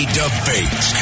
debate